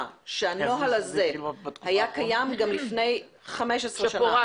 שהנוהל הזה היה קיים גם לפני 15 שנים.